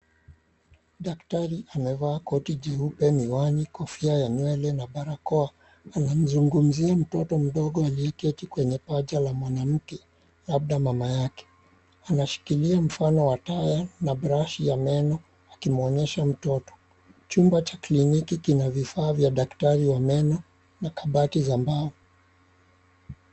Daktari amevaa koti jeupe, miwani, kofia ya nywele na barakoa. Anamzungumzia mtoto mdogo aliyeketi kwenye paja la mwanamke, labda mama yake. Anashikilia mfano wa taya na brush ya meno akimuonyesha mtoto. Chumba cha kliniki kina vifaa vya daktari wa meno na kabati za mbao.